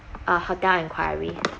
uh hotel inquiry